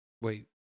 Wait